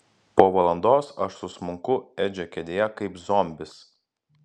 po valandos aš susmunku edžio kėdėje kaip zombis